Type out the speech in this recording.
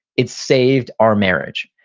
it saved our marriage.